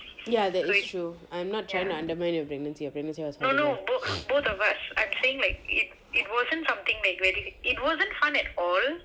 ya that is true I'm not trying to undermine your pregnancy your pregnancy was horrible